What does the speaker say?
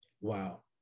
wow